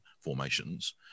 formations